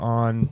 on